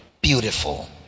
Beautiful